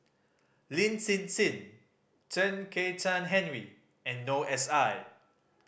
Lin Hsin Hsin Chen Kezhan Henri and Noor S I